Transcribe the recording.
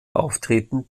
auftreten